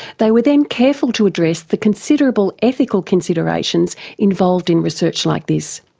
they were then careful to address the considerable ethical considerations involved in research like this.